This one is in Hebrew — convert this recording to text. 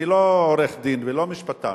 אני לא עורך-דין ולא משפטן,